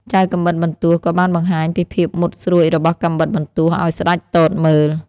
ចៅកាំបិតបន្ទោះក៏បានបង្ហាញពីភាពមុតស្រួចរបស់កាំបិតបន្ទោះឱ្យស្ដេចទតមើល។